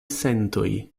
sentoj